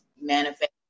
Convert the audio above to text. manifest